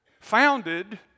founded